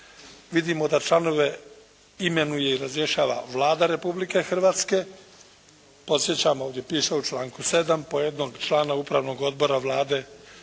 Vidimo da članove imenuje i razrješava Vlada Republike Hrvatske. Podsjećam ovdje piše u članku 7.: «Po jednog člana Upravnog odbora Vlade, Vlada